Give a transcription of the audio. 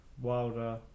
Wilder